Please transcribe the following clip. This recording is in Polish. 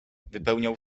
wypełniał